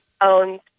owned